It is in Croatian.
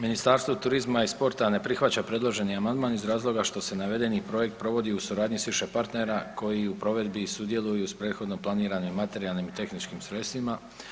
Ministarstvo turizma i sporta ne prihvaća predloženi amandman iz razloga što se navedeni projekt provodi u suradnji s više partnera koji u provedbi sudjeluju s prethodno planiranim materijalnim i tehničkim sredstvima.